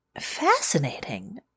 fascinating